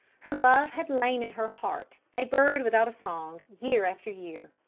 her love had lain in her heart a bird without a song, year after year.